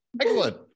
Excellent